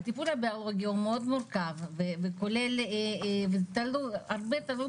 הטיפול הביולוגי מאוד מורכב וכולל הרבה תלוי